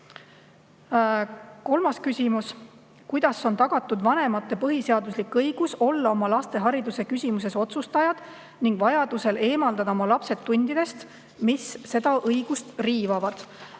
Kolmas küsimus: "Kuidas on tagatud vanemate põhiseaduslik õigus olla oma laste hariduse küsimuses otsustajad ning vajadusel eemaldada oma lapsed tundidest, mis seda õigust riivavad?"